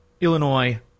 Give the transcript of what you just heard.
Illinois